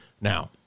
now